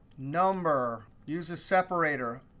number. use a separator.